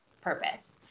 purpose